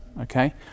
Okay